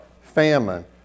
famine